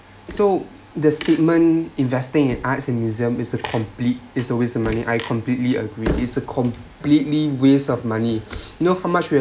so the statement investing in arts and museum is a complete is a waste of money I completely agree is a completely waste of money you know how much we have